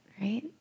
right